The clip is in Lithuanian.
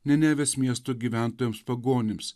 nenevės miesto gyventojams pagonims